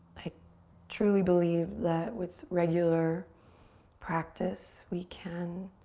i truly believe that with regular practice, we can